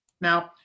now